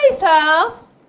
house